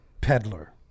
peddler